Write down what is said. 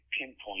pinpoint